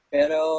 Pero